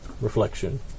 reflection